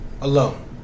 Alone